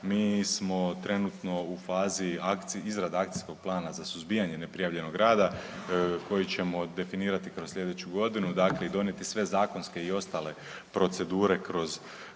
Mi smo trenutno u fazi akcije, izrada akcijskog plana za suzbijanje neprijavljenog rada koji ćemo definirati kroz sljedeću godinu, dakle i donijeti sve zakonske i ostale procedure kroz